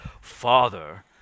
father